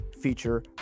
feature